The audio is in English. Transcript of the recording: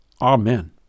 Amen